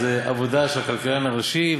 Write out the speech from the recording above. זה עבודה של הכלכלן הראשי,